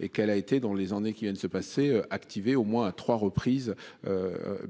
et qu'elle a été dans les années qui viennent se passer activé au moins à 3 reprises.